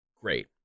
great